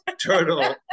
turtle